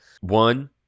one